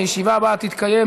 הישיבה הבאה תתקיים,